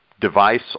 device